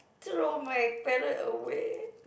throw my parrot away